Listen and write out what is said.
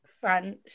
French